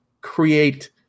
create